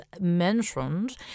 mentioned